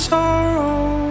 Sorrow